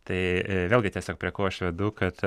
tai vėlgi tiesiog prie ko aš vedu kad